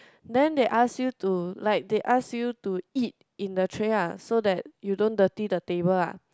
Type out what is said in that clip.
then they ask you to like they ask you to eat in the tray ah so that you don't dirty the table ah